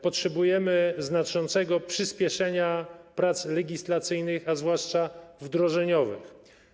Potrzebujemy znaczącego przyspieszenia prac legislacyjnych, a zwłaszcza wdrożeniowych.